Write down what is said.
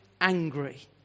angry